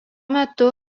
metu